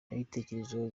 nabitekerejeho